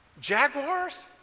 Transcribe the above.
Jaguars